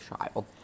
child